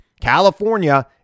California